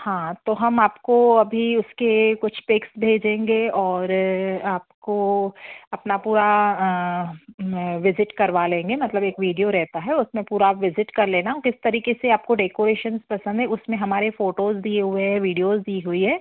हाँ तो हम आपको अभी उसके कुछ पिक्स भेजेंगे और आपको अपना पूरा विजिट करवा लेंगे मतलब एक विडियो रहता है उसमें आप पूरा विजिट कर लेना किस तरह से आपको डेकोरेशन पसंद है उसमें हमारे फ़ोटोज़ दिए हुए हैं विडियोज़ दी हुई है